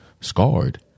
Scarred